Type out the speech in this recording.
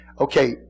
Okay